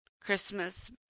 Christmas